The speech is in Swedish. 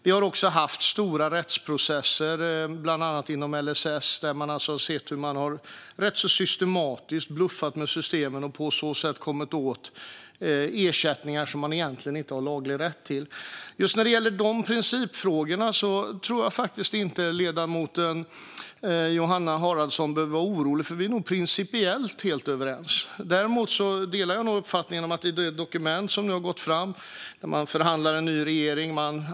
Vi har också haft stora rättsprocesser, bland annat inom LSS, där vi har sett hur man ganska systematiskt har bluffat med systemen och på så sätt kommit åt ersättningar som man egentligen inte har laglig rätt till. Just när det gäller dessa principfrågor tror jag faktiskt inte att ledamoten Johanna Haraldsson behöver vara orolig, för vi är nog principiellt helt överens. Jag delar uppfattningen om de dokument som nu har gått fram i samband med förhandlingen om en ny regering.